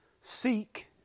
seek